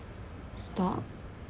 stop